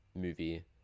movie